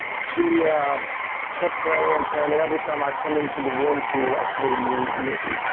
she kept praying and praying that every time i come into the room she's actually, new nitin,